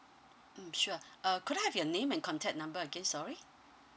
mm sure uh could I have your name and contact number again sorry